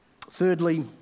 Thirdly